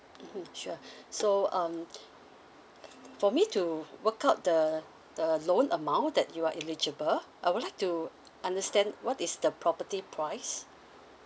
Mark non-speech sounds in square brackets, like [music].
mmhmm sure so um [noise] for me to work out the the loan amount that you are eligible I would like to understand what is the property price